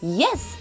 yes